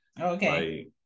Okay